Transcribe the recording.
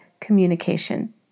communication